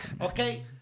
Okay